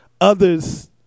others